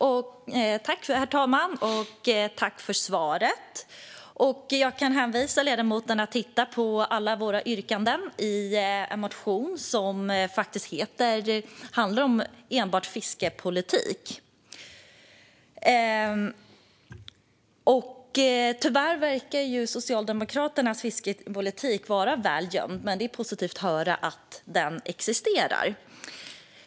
Herr talman! Tack, Tomas Kronståhl, för svaret! Jag kan hänvisa ledamoten till alla våra yrkanden i en motion som handlar om enbart fiskeripolitik. Tyvärr verkar Socialdemokraternas fiskeripolitik vara väl gömd, men det är positivt att höra att den existerar.